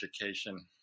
Education